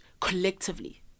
collectively